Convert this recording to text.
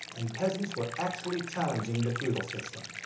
and peasants were actually challenging the feudal system.